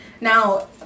Now